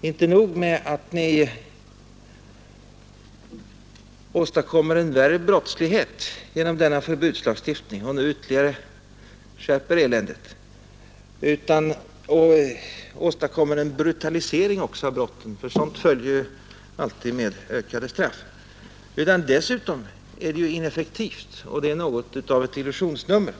Det är inte nog, menar han, med att ni förvärrar brottsligheten genom förbudslagstiftningen och nu ytterligare skärper eländet och därmed åstadkommer en brutalisering av brotten — en sådan följer ju alltid med ökade straff — utan det är dessutom ineffektivt och något av ett illusionsnummer